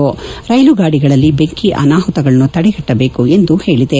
ರ್ಹೆಲುಗಾಡಿಗಳಲ್ಲಿ ಬೆಂಕಿ ಅನಾಹುತಗಳನ್ನು ತಡೆಗಟ್ಟಬೇಕು ಎಂದು ಹೇಳದೆ